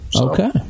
Okay